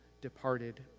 departed